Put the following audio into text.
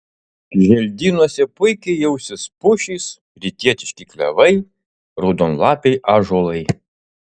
želdynuose puikiai jausis pušys rytietiški klevai raudonlapiai ąžuolai